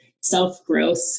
self-growth